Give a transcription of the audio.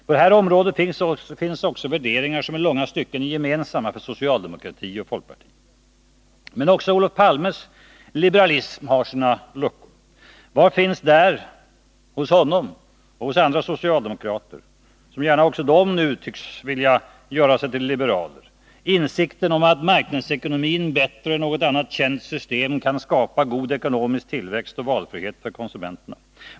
På det området finns också värderingar som i långa stycken är gemensamma för socialdemokratin och folkpartiet. Men också Olof Palmes liberalism har sina luckor. Var finns hos honom och hos andra socialdemokrater — som också de nu tycks vilja göra sig till liberaler — insikten om att marknadsekonomin bättre än något annat känt system kan skapa god ekonomisk tillväxt och valfrihet för konsumenterna?